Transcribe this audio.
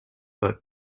but